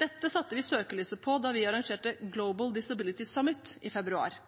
Dette satte vi søkelyset på da vi arrangerte Global Disability Summit i februar.